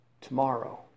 tomorrow